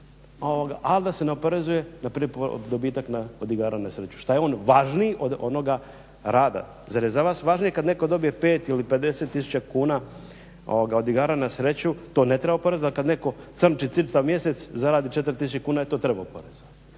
ali da se ne oporezuje npr. dobitak od igara na sreću. Šta je on važniji od onoga rada, zar je za vas važnije kad netko dobije 5 ili 50 tisuća kuna od igara na sreću, to ne treba oporezovat, kad netko crnči čitav mjesec zaradi 4000 kuna, to treba oporezovat.